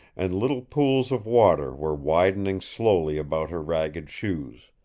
and little pools of water were widening slowly about her ragged shoes.